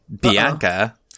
Bianca